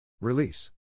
Release